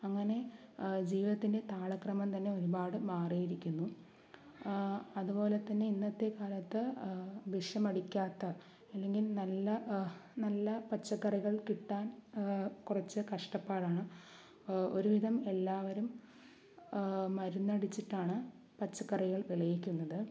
അങ്ങനെ ജീവിതത്തിൻറെ താളക്രമം തന്നെ ഒരുപാട് മാറിയിരിക്കുന്നു അതുപോലെത്തന്നെ ഇന്നത്തെ കാലത്ത് വിഷമടിക്കാത്ത അല്ലെങ്കിൽ നല്ല നല്ല പച്ചക്കറികൾ കിട്ടാൻ കുറച്ച് കഷ്ടപ്പാടാണ് ഒരുവിധം എല്ലാവരും മരുന്നടിച്ചിട്ടാണ് പച്ചക്കറികൾ വിളയിക്കുന്നത്